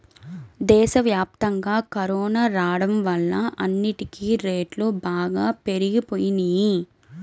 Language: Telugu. దేశవ్యాప్తంగా కరోనా రాడం వల్ల అన్నిటికీ రేట్లు బాగా పెరిగిపోయినియ్యి